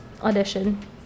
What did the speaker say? audition